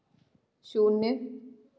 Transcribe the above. शून्य